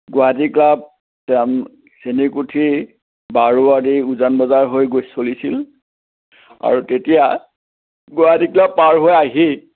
Guwahati club Chenikuthi বাৰোৱাৰী উজান বজাৰ হৈ গৈ চলিছিল আৰু তেতিয়া গুৱাহাটী ক্লাৱ পাৰ হৈ আহি